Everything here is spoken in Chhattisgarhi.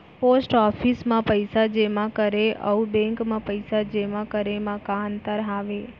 पोस्ट ऑफिस मा पइसा जेमा करे अऊ बैंक मा पइसा जेमा करे मा का अंतर हावे